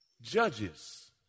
Judges